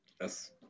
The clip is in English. Yes